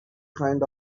kind